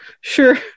sure